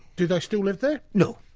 do they still live there? no,